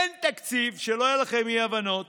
אין תקציב, שלא יהיו לכם אי-הבנות,